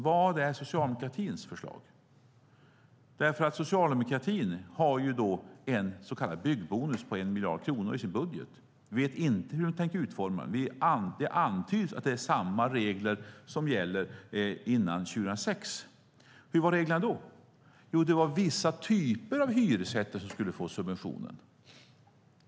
Vad är socialdemokratins förslag? Socialdemokratin har en så kallad byggbonus på en 1 miljard kronor i sin budget. Jag vet inte hur de tänker utforma den. Det antyds att det är samma regler som gällde innan 2006. Hur var reglerna då? Jo, det var vissa typer av hyresrätter som skulle få subventioner.